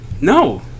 No